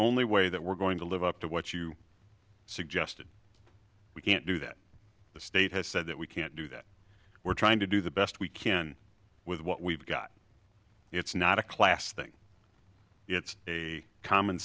only way that we're going to live up to what you suggested we can't do that the state has said that we can't do that we're trying to do the best we can with what we've got it's not a class thing it's a common